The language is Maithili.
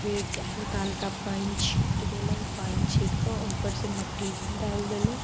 फेर हल्का हल्का पानि छिट देलहुँ पानि छिटकऽ ओइपरसँ मट्टी डालि देलहुँ